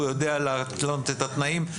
הוא יודע להתנות את התנאים.